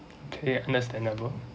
okay understandable